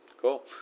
cool